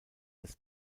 des